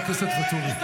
ציר הרשע הם